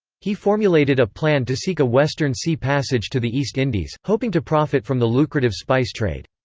he formulated a plan to seek a western sea passage to the east indies, hoping to profit from the lucrative spice trade.